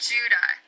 Judah